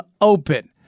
Open